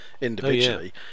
individually